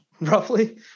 roughly